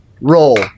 Roll